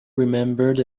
remembered